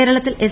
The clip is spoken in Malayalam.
കേരളത്തിൽ എസ്